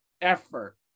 effort